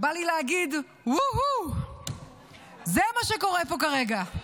בא לי להגיד: ווהו, זה מה שקורה פה כרגע.